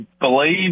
believe